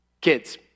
Kids